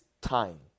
time